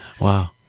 wow